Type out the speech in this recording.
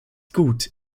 gut